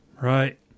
right